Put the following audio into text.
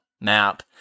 map